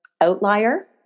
outlier